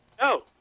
No